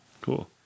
cool